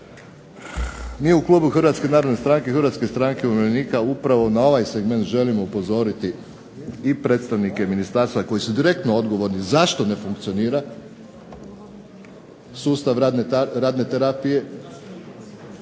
mi u klubu Hrvatske narodne stranke i Hrvatske stranke umirovljenika upravo na ovaj segment želimo upozoriti i predstavnike ministarstva koji su direktno odgovorni zašto ne funkcionira sustav radne terapije